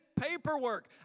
paperwork